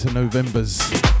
Novembers